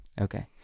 Okay